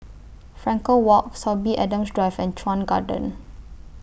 Frankel Walk Sorby Adams Drive and Chuan Garden